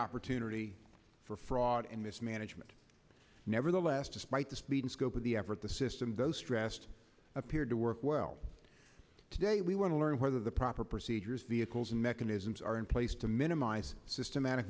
opportunity for fraud and mismanagement nevertheless despite the speed and scope of the effort the system though stressed appeared to work well today we want to learn whether the proper procedures vehicles and mechanisms are in place to minimize systematic